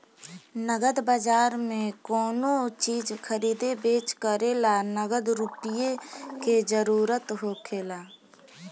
नगद बाजार में कोनो चीज खरीदे बेच करे ला नगद रुपईए के जरूरत होखेला